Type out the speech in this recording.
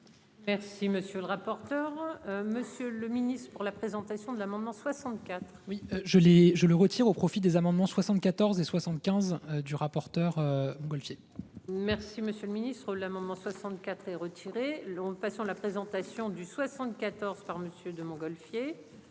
Merci monsieur le rapporteur. Monsieur le Ministre, pour la présentation de l'amendement 64. Oui je l'ai je le retire au profit des amendements, 74 et 75 du rapporteur Gaultier. Merci Monsieur le Ministre, l'amendement 64 et retiré long patient la présentation du 74 par monsieur de Montgolfier